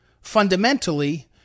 fundamentally